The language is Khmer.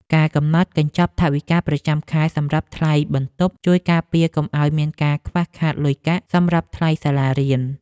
ការកំណត់កញ្ចប់ថវិកាប្រចាំខែសម្រាប់ថ្លៃបន្ទប់ជួយការពារកុំឱ្យមានការខ្វះខាតលុយកាក់សម្រាប់ថ្លៃសាលារៀន។